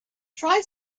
try